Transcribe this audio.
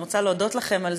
אני רוצה להודות לכם,